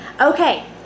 Okay